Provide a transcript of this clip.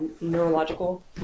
neurological